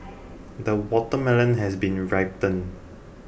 the watermelon has been ripened